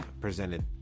presented